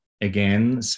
again